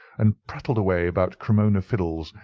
and prattled away about cremona fiddles,